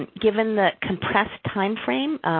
given the compressed timeframe,